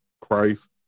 Christ